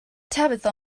tabitha